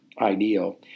ideal